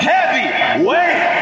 Heavyweight